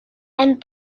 and